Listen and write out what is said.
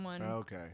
Okay